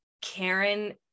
karen